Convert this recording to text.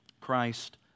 Christ